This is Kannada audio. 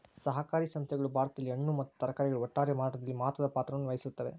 ಸಹಕಾರಿ ಸಂಸ್ಥೆಗಳು ಭಾರತದಲ್ಲಿ ಹಣ್ಣು ಮತ್ತ ತರಕಾರಿಗಳ ಒಟ್ಟಾರೆ ಮಾರಾಟದಲ್ಲಿ ಮಹತ್ವದ ಪಾತ್ರವನ್ನು ವಹಿಸುತ್ತವೆ